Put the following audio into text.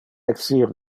exir